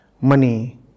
money